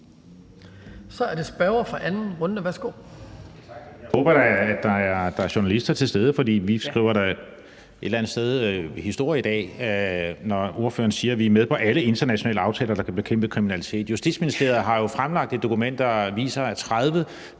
12:25 Christian Friis Bach (RV): Jeg håber da, at der er journalister til stede, for vi skriver et eller andet sted historie i dag, når ordføreren siger, at vi er med i alle internationale aftaler, der kan bekæmpe kriminalitet. Justitsministeriet har jo fremlagt et dokument, der viser 30